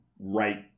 right